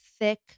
thick